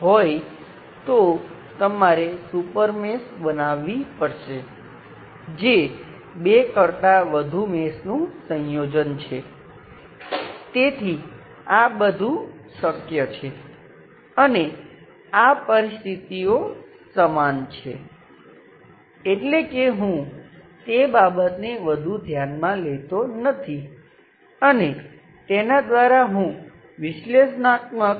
તેથી આ આપણી પાસે છે અને પછી આ એ વાત છે જે મેં મૂળભૂત રીતે કહી હતી કે Vn વોલ્ટેજ છે આ સંકળાયેલ નોડ છે અને તે ત્યાં કેટલીક શાખામાં જાય છે n શાખા ત્યાં છે